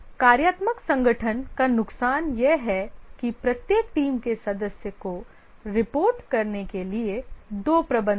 कार्यात्मक संगठन का नुकसान यह है कि प्रत्येक टीम के सदस्य को रिपोर्ट करने के लिए दो प्रबंधक हैं